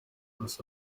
ese